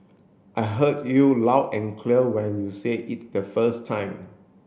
I heard you loud and clear when you said it the first time